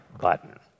button